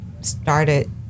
started